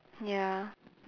ya